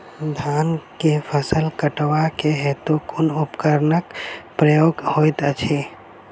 धान केँ फसल कटवा केँ हेतु कुन उपकरणक प्रयोग होइत अछि?